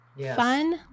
fun